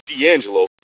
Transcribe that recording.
d'angelo